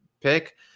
pick